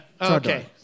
okay